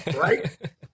right